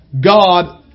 God